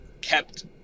kept